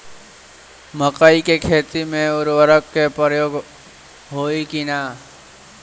मकई के खेती में उर्वरक के प्रयोग होई की ना?